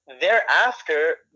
thereafter